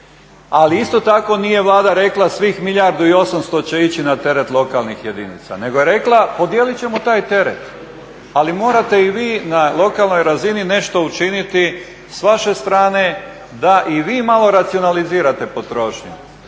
Ali isto tako nije Vlada rekla svih milijardu i 800 će ići na teret lokalnih jedinica nego je rekla podijelit ćemo taj teret, ali morate i vi na lokalnoj razini nešto učiniti s vaše strane da i vi malo racionalizirate potrošnju.